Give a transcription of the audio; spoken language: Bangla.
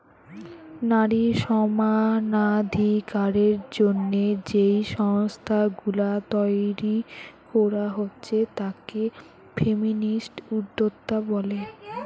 নারী সমানাধিকারের জন্যে যেই সংস্থা গুলা তইরি কোরা হচ্ছে তাকে ফেমিনিস্ট উদ্যোক্তা বলে